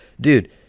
dude